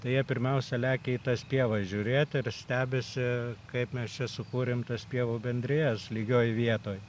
tai jie pirmiausia lekia į tas pievas žiūrėti ir stebisi kaip mes čia sukūrėm tas pievų bendrijas lygioj vietoj